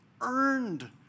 earned